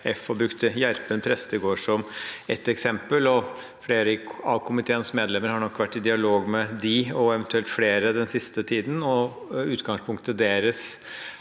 og brukte Gjerpen prestegård som et eksempel. Flere av komiteens medlemmer har nok vært i dialog med dem, og eventuelt flere, den siste tiden. Utgangspunktet deres